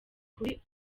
kuri